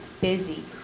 busy